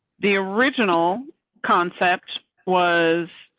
the original concept was.